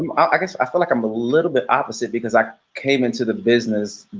um i guess i feel like i'm a little bit opposite because i came into the business,